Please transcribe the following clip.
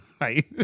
Right